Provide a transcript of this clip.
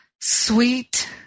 sweet